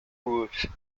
wood